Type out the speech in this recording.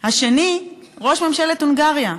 השני, ראש ממשלת הונגריה,